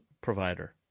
provider